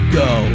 go